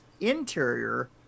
interior